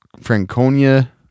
Franconia